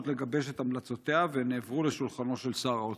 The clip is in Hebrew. לגבש את המלצותיה והן הועברו לשולחנו של שר האוצר".